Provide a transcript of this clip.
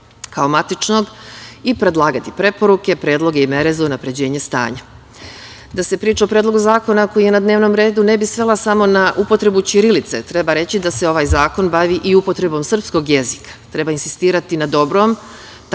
kao matičnog, i predlagati preporuke, predloge i mere za unapređenje stanja. Da se priča o predlogu zakona koji je na dnevnom redu ne bi svela samo na upotrebu ćirilice, treba reći da se ovaj zakon bavi i upotrebom srpskog jezika. Treba insistirati na dobrom,